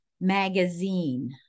magazine